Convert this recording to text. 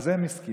על זה הם הסכימו.